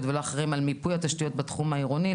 ולא אחראים על מיפוי התשתיות בתחום העירוני,